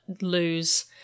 lose